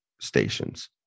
stations